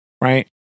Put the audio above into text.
right